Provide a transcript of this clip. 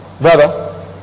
Brother